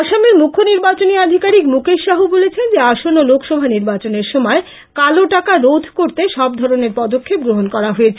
আসামের মুখ্য নির্বাচনী আধিকারিক মুকেশ শাহু বলেছেন যে আসন্ন লোকসভা নির্বাচনের সময় কালো টাকা রোধ করতে সব ধরণের পদক্ষেপ গ্রহণ করা হয়েছে